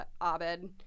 Abed